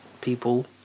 people